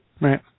Right